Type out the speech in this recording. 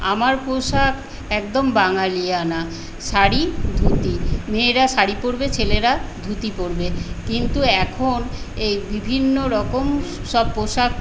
আমার পোশাক একদম বাঙালিয়ানা শাড়ি ধুতি মেয়েরা শাড়ি পড়বে ছেলেরা ধুতি পড়বে কিন্তু এখন এই বিভিন্ন রকম সব পোশাক